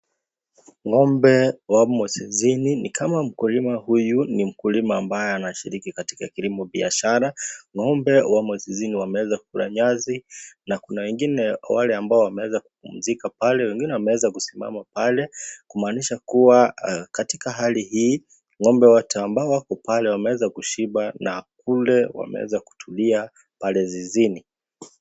Ng'ombe wamo zizini ni kama mkulima huyu ni mkulima ambaye anashiriki katika kilimo biashara. Ng'ombe wamo zizini wameweza kukula nyasi na kuna wengine wale ambao wameweza kupumzika pale wengine wameweza kusimama pale kumaanisha kuwa katika hali hii ng'ombe wote ambao wako pale wameweza kushiba na kule wameweza kutulia pale zizini.